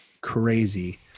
crazy